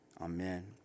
Amen